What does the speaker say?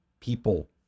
people